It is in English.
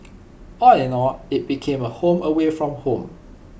all in all IT became A home away from home